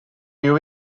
you